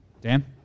Dan